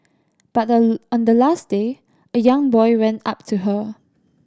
but on on the last day a young boy went up to her